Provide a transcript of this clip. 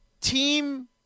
team